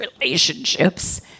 relationships